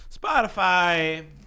Spotify